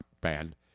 band